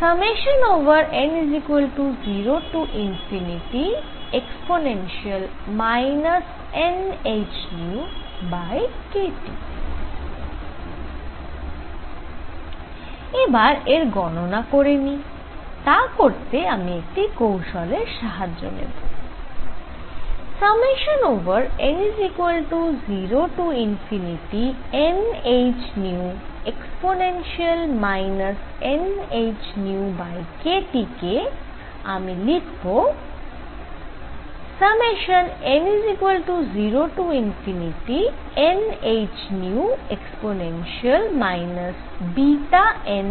এবার এর গণনা করে নিই তা করতে আমি একটি কৌশলের সাহায্য নেব n0nhνe nhνkT কে আমি লিখব n0nhνe βnhν